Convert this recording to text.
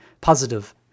positive